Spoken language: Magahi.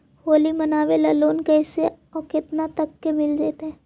होली मनाबे ल लोन कैसे औ केतना तक के मिल जैतै?